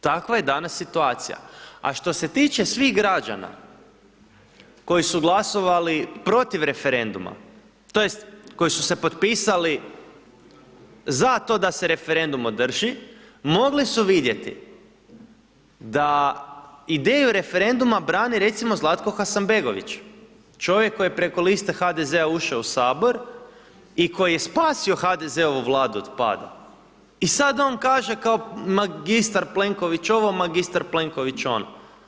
Takva je danas situacija, a što se tiče svih građana koji su glasovali protiv referenduma tj. koji su se potpisali za to da se referendum održi mogli su vidjeti da ideju referenduma brani recimo Zlatko Hasanbegović čovjek koji je preko liste HDZ-a ušao u sabor, i koji je spasio HDZ-ovu vladu od pada i sad on kaže kao magistar Plenković ovo, magistar Plenković ono.